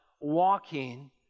walking